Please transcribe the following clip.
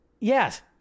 yes